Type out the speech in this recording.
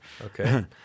Okay